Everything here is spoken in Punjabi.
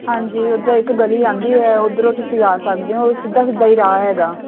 ਹਾਂਜੀ ਉੱਦਾਂ ਇੱਕ ਗਲੀ ਆਉਂਦੀ ਹੈ ਉੱਧਰੋਂ ਤੁਸੀਂ ਆ ਸਕਦੇ ਹੋ ਸਿੱਧਾ ਸਿੱਧਾ ਹੀ ਰਾਹ ਹੈਗਾ